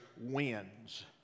wins